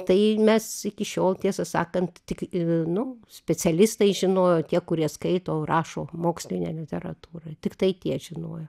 tai mes iki šiol tiesą sakant tik i nu specialistai žinojo tie kurie skaito rašo mokslinę literatūrą tiktai tie žinojo